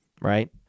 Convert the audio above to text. Right